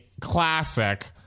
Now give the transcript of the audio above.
classic